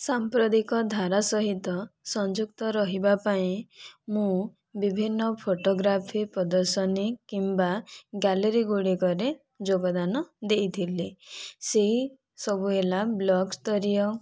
ସାମ୍ପ୍ରତିକ ଧାରା ସହିତ ସଂଯୁକ୍ତ ରହିବା ପାଇଁ ମୁଁ ବିଭିନ୍ନ ଫୋଟୋଗ୍ରାଫି ପ୍ରଦର୍ଶନୀ କିମ୍ବା ଗ୍ୟାଲେରୀଗୁଡ଼ିକରେ ଯୋଗଦାନ ଦେଇଥିଲି ସେହିସବୁ ହେଲା ବ୍ଲକ୍ ସ୍ତରୀୟ